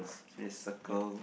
see a circle